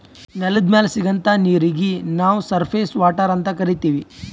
ನೆಲದ್ ಮ್ಯಾಲ್ ಸಿಗಂಥಾ ನೀರೀಗಿ ನಾವ್ ಸರ್ಫೇಸ್ ವಾಟರ್ ಅಂತ್ ಕರೀತೀವಿ